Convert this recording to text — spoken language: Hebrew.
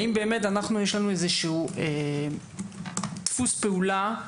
האם יש לנו דפוס פעולה,